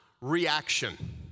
reaction